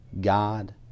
God